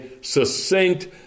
succinct